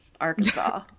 Arkansas